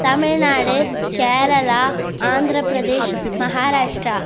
Tamil Nadu Kerala Andhra Pradesh Maharashtra